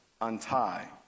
untie